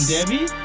Debbie